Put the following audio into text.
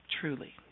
Truly